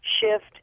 shift